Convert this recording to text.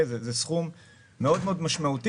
זה סכום משמעותי מאוד.